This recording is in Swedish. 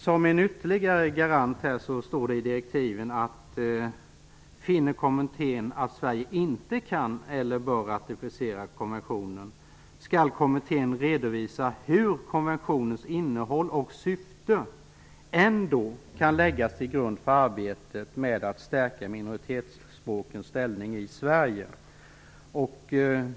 Som en ytterligare garanti står det i direktiven: Finner kommittén att Sverige inte kan eller bör ratificera konventionen skall kommittén redovisa hur konventionens innehåll och syfte ändå kan läggas till grund för arbete med att stärka minoritetsspråkens ställning i Sverige.